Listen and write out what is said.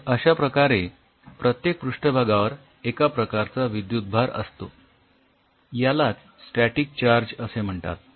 तर अश्या प्रकारे प्रत्येक पृष्ठभागावर एका प्रकारचा विद्युतभार असतो यालाच स्टॅटिक चार्ज असे म्हणतात